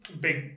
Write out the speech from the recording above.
big